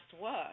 work